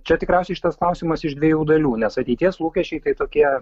čia tikriausiai šitas klausimas iš dviejų dalių nes ateities lūkesčiai tai tokie